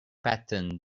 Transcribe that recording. pattern